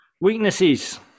Weaknesses